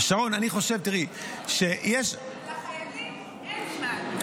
שרון, אני חושב שיש --- לחיילים אין זמן.